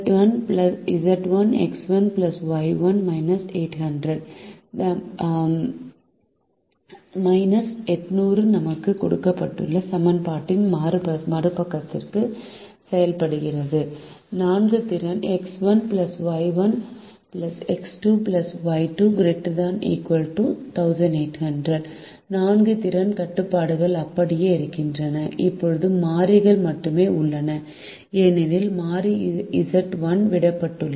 The minus 800 goes to the other side of the equation to give us X1X2Y1Y2 ≥ 1800 minus 800 நமக்கு கொடுக்க சமன்பாட்டின் மறுபக்கத்திற்கு செல்கிறது X1 X2 Y1 Y2 ≥ 1800 4 திறன் கட்டுப்பாடுகள் அப்படியே இருக்கின்றன இப்போது 4 மாறிகள் மட்டுமே உள்ளன ஏனெனில் மாறி Z1 விடப்பட்டுள்ளது